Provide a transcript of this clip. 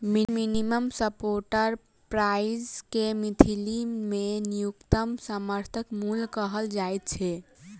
minimum support price के मैथिली मे न्यूनतम समर्थन मूल्य कहल जाइत छै